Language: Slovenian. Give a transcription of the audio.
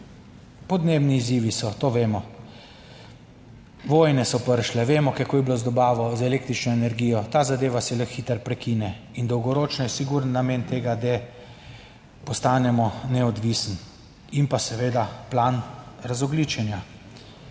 Podnebni izzivi so, to vemo, vojne so prišle, vemo, kako je bilo z dobavo, z električno energijo, ta zadeva se lahko hitro prekine in dolgoročno je sigurno namen tega, da postanemo neodvisni in pa seveda plan razogljičenja.